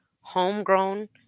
homegrown